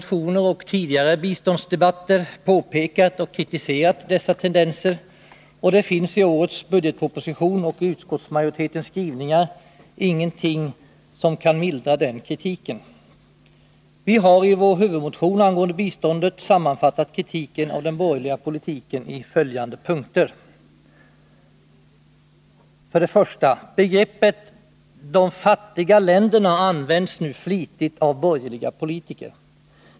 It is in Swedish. ter påpekat och kritiserat dessa tendenser, och det finns i årets budgetproposition och i utskottsmajoritetens skrivningar ingenting som kan mildra den kritiken. Vi har i vår huvudmotion angående biståndet sammanfattat kritiken av den borgerliga politiken i följande punkter: 1. Begreppet ”de fattiga länderna” används nu flitigt av borgerliga politiker.